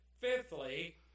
Fifthly